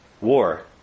war